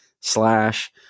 slash